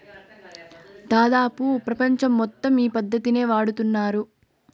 దాదాపు ప్రపంచం మొత్తం ఈ పద్ధతినే వాడుతున్నారు